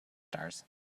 stars